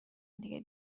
دیگه